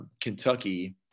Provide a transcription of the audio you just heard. Kentucky